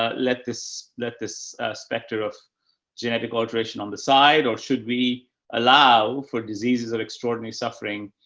ah let this, let this specter of genetic alteration on the side or should we allow for diseases that extraordinary suffering,